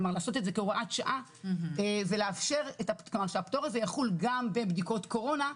כלומר לעשות את זה כהוראת שעה שהפטור הזה יחול גם בבדיקות קורונה,